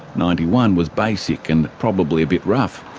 ninety one was basic and probably a bit rough.